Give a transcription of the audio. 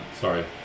Sorry